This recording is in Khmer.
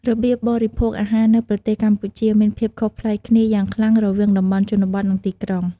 របៀបបរិភោគអាហារនៅប្រទេសកម្ពុជាមានភាពខុសប្លែកគ្នាយ៉ាងខ្លាំងរវាងតំបន់ជនបទ និងទីក្រុង ។